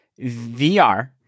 VR